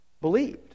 believed